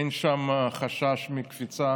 אין שם חשש מקפיצה